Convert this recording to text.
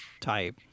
type